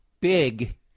big